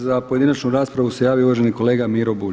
Za pojedinačnu raspravu se javio uvaženi kolega Miro Bulj.